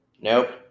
Nope